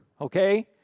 okay